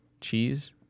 Cheese